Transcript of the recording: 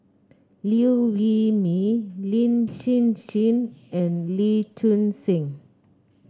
Liew Wee Mee Lin Hsin Hsin and Lee Choon Seng